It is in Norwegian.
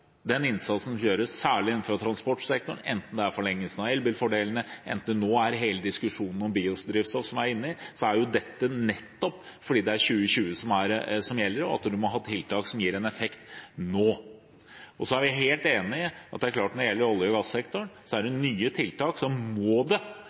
forlengelsen av elbilfordelene eller diskusjonen om biodrivstoff, som vi er inne i – skjer nettopp fordi det er 2020 som gjelder, og at man må ha tiltak som gir en effekt nå. Vi er helt enig i at når det gjelder olje- og gassektoren og nye tiltak, må det komme et krav om at vi har nullutslipp som en generell løsning innenfor olje- og gassektoren. Det er det